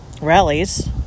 rallies